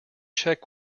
check